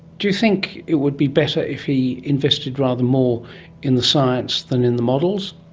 do you think it would be better if he invested rather more in the science than in the models?